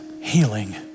healing